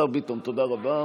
השר ביטון, תודה רבה.